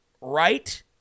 right